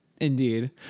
indeed